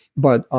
but,